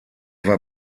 war